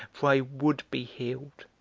for i would be healed.